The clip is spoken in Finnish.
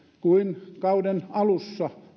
kuin kauden alussa